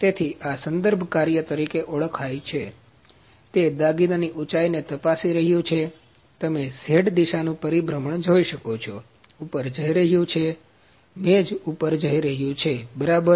તેથી આ સંદર્ભકાર્ય તરીકે ઓળખાય છે તે દાગીનાની ઉંચાઈ ને તપાસી રહ્યું છે તમે Z દિશાનું પરિભ્રમણ જોઈ શકો છો ઉપર જઈ રહ્યું છે મેજ ઉપર જઈ રહ્યું છે બરાબર